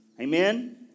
Amen